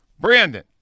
Brandon